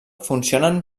funcionen